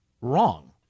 wrong